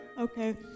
Okay